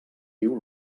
diu